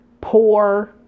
poor